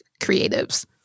creatives